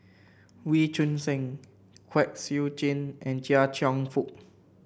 Wee Choon Seng Kwek Siew Jin and Chia Cheong Fook